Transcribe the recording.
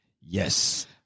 Yes